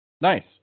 Nice